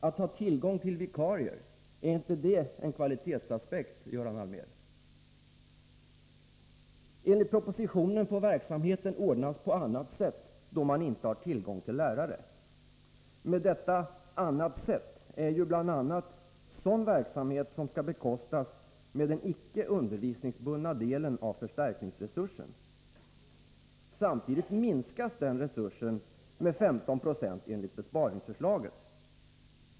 Att ha tillgång till vikarier, är inte det en kvalitetsaspekt, Göran Allmér? Enligt propositionen får ”verksamheten ordnas på annat sätt” då man inte har tillgång till lärare. Men detta ”annat sätt” är ju bl.a. sådan verksamhet som skall bekostas med den icke undervisningsbundna delen av förstärkningsresursen. Samtidigt minskas den resursen med 15 96 enligt besparingsförslaget.